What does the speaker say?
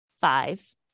five